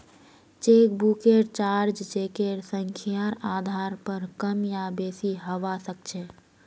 चेकबुकेर चार्ज चेकेर संख्यार आधार पर कम या बेसि हवा सक्छे